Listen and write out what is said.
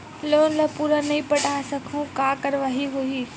Loan ला पूरा नई पटा सकहुं का कारवाही होही?